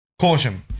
Caution